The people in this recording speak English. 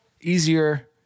easier